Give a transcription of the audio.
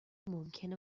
ممکن